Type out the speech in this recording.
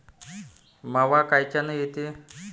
मावा कायच्यानं येते?